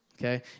Okay